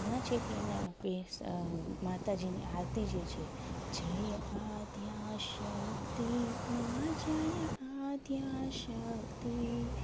ઘણા છે કે એના પે માતાજીની આરતી જે છે